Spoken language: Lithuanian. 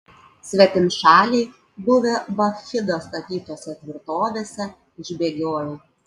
svetimšaliai buvę bakchido statytose tvirtovėse išbėgiojo